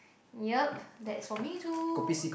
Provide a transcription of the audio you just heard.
yep that's for me too